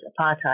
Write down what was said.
apartheid